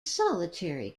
solitary